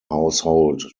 household